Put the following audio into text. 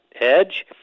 edge